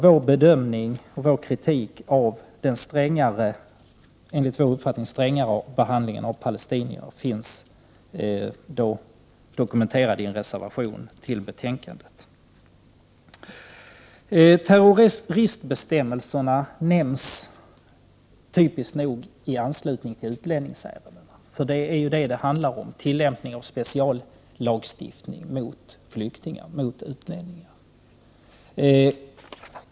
Vår bedömning och kritik av den enligt vår mening strängare behandlingen av palestinierna finns dokumenterad i en reservation till betänkandet. Terroristbestämmelserna nämns typiskt nog i anslutning till utlänningsärendena, för det handlar ju om tillämpning av speciallagstiftningen mot flyktingar/utlänningar.